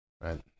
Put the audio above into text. Right